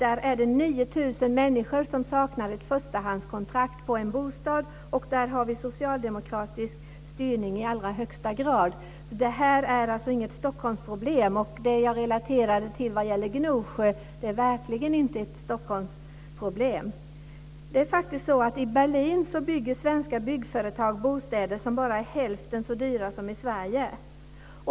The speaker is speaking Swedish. Där är det 9 000 människor som saknar ett förstahandskontrakt på en bostad, och där har vi socialdemokratisk styrning i allra högsta grad! Detta är alltså inget Stockholmsproblem, och det som jag relaterade till vad gäller Gnosjö är verkligen inte heller något Stockholmsproblem. I Berlin bygger faktiskt svenska byggföretag bostäder som bara är hälften så dyra som i Sverige.